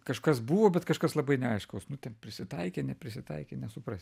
kažkas buvo bet kažkas labai neaiškaus nu ten prisitaikė neprisitaikė nesuprasi